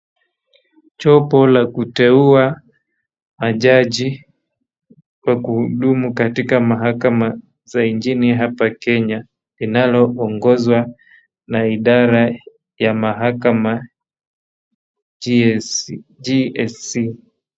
Chopo la kuteua majaji wa kuhudumu katika mahakama za nchini hapa Kenya inaloongozwa na idara ya mahakama GSC.